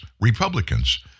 Republicans